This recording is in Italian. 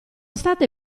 state